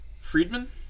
Friedman